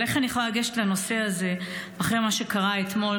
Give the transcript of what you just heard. אבל איך אני יכולה לגשת לנושא הזה אחרי מה שקרה אתמול,